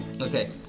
Okay